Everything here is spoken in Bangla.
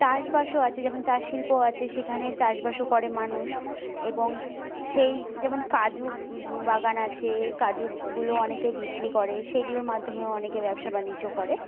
চাষবাসও আছে যেমন চাষ শিল্পও আছে যেখানে চাষবাসও করে মানুষ এবং সেই যেমন কাজু বাগান আছে কাজুগুলো অনেকে বিক্রি করে সেগুলোর মাধ্যমেও অনেকে ব্যবসা বাণিজ্য করে